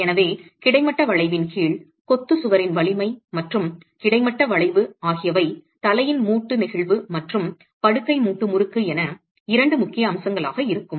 எனவே கிடைமட்ட வளைவின் கீழ் கொத்து சுவரின் வலிமை மற்றும் கிடைமட்ட வளைவு ஆகியவை தலையின் மூட்டு நெகிழ்வு மற்றும் படுக்கை மூட்டு முறுக்கு என இரண்டு முக்கிய அம்சங்களாக இருக்கும்